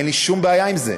אין לי שום בעיה עם זה.